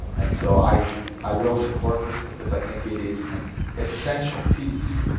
and so i i will support this because i think it is an essential piece,